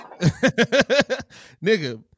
Nigga